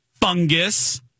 Fungus